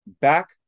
Back